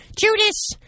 Judas